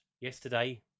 yesterday